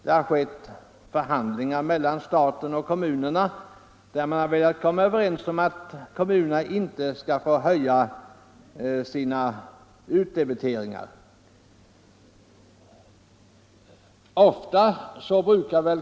Det har förts förhandlingar mellan staten och kommunerna om att de senare inte skall höja sina utdebiteringar.